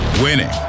Winning